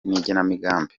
n’igenamigambi